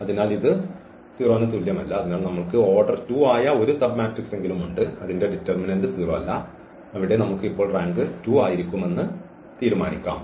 അതിനാൽ ഇത് 0 ന് തുല്യമല്ല അതിനാൽ നമ്മൾക്ക് ഓർഡർ 2 ആയ ഒരു സബ്മാട്രിക്സ് ഉണ്ട് അതിന്റെ ഡിറ്റർമിനന്റ് 0 അല്ല അവിടെ നമുക്ക് ഇപ്പോൾ റാങ്ക് 2 ആയിരിക്കുമെന്ന് തീരുമാനിക്കാം